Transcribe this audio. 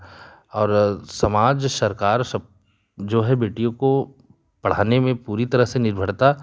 और समाज सरकार सब जो है बेटियों को पढ़ाने में पूरी तरह से निर्भरता